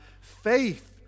faith